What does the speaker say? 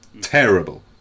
terrible